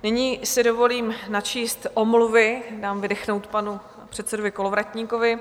Nyní si dovolím načíst omluvy, dám vydechnout panu předsedovi Kolovratníkovi.